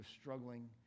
struggling